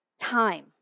time